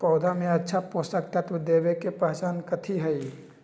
पौधा में अच्छा पोषक तत्व देवे के पहचान कथी हई?